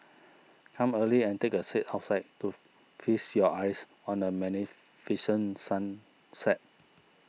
come early and take a seat outside to feast your eyes on the magnificent sunset